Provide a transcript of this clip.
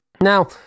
Now